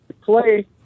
play